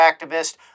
activist